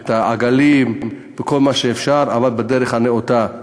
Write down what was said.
העגלים, וכל מה שאפשר, אבל בדרך הנאותה.